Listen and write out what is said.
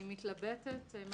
אני מתלבטת.